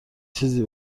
چیزی